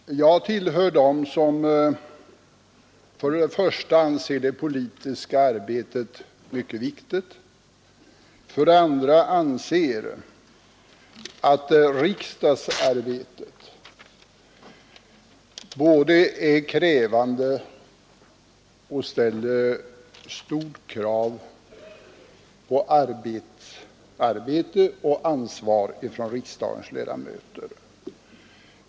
Herr talman! Jag tillhör dem som för det första anser det politiska arbetet mycket viktigt och för det andra anser att riksdagsarbetet är krävande och ställer stora anspråk på både arbete och ansvar från riksdagens ledamöter.